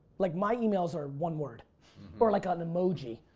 like my emails are one word or like ah an emoji.